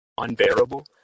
unbearable